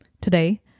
Today